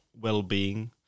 well-being